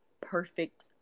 perfect